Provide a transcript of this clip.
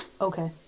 Okay